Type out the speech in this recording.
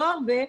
לא הרבה,